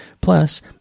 Plus